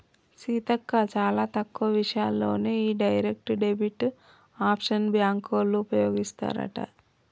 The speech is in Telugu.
సీతక్క చాలా తక్కువ విషయాల్లోనే ఈ డైరెక్ట్ డెబిట్ ఆప్షన్ బ్యాంకోళ్ళు ఉపయోగిస్తారట